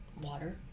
water